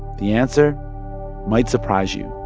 the answer might surprise you